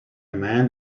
man